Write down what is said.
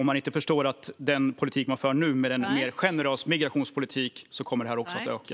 Med den politik man för nu, med en mer generös migrationspolitik, kommer detta också att öka.